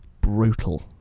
brutal